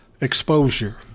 exposure